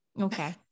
okay